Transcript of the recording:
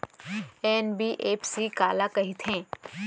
NBFC काला कहिथे?